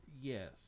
Yes